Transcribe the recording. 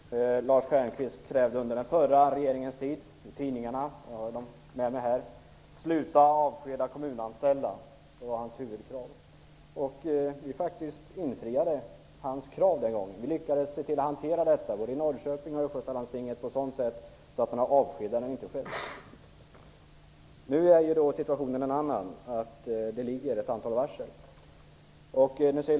Fru talman! Lars Stjernkvist hade under den förra regeringens tid i tidningarna, och jag har tagit med dem hit, kravet: Sluta avskeda kommunanställda! Det var hans huvudkrav. Vi infriade faktiskt hans krav den gången. Vi lyckades hantera detta i Norrköping och i östgötalandstinget på ett sådant sätt att det inte skedde några avskedanden. Nu är situationen en annan. Det ligger ju ett antal varsel.